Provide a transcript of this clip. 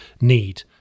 need